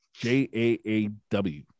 J-A-A-W